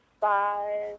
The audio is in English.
Five